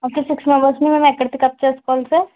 okay six members ని మేము ఎక్కడ పిక్ అప్ చేసుకోవాలి సార్